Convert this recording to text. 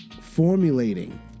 formulating